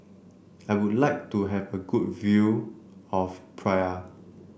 I would like to have a good view of Praia